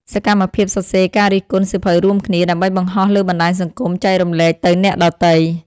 សកម្មភាពសរសេរការរិះគន់សៀវភៅរួមគ្នា ដើម្បីបង្ហោះលើបណ្ដាញសង្គមចែករំលែកទៅអ្នកដទៃ។